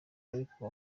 ariko